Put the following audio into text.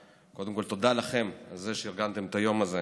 קודם כול תודה לכם על זה שארגנתם את היום הזה.